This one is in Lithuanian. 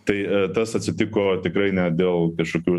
tai tas atsitiko tikrai ne dėl kašokių